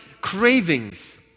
cravings